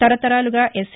తరతరాలుగా ఎస్సి